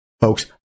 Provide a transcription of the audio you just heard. Folks